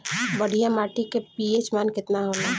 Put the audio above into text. बढ़िया माटी के पी.एच मान केतना होला?